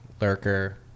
lurker